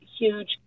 huge